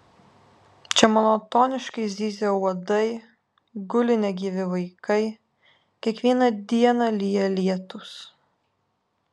čia monotoniškai zyzia uodai guli negyvi vaikai kiekvieną dieną lyja lietūs